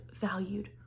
valued